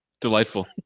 Delightful